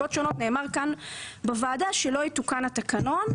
ומסיבות שונות נאמר כאן בוועדה שלא יתוקן התקנון,